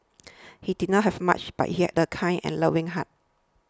he did not have much but he had a kind and loving heart